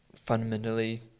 Fundamentally